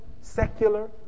secular